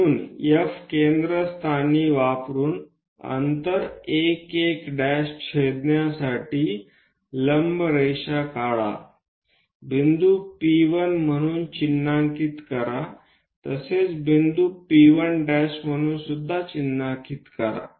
म्हणून F केंद्रस्थानी वापरून अंतर 1 1 छेदण्यासाठी लंब रेषा काढा बिंदू P1 म्हणून चिन्हांकित करा तसेच बिंदू P1' म्हणून चिन्हांकित करा